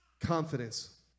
Confidence